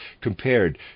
compared